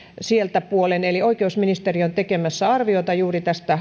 sieltä puolen eli oikeusministeriö on tekemässä arviota juuri tästä